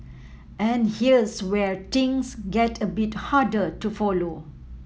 and here's where things get a bit harder to follow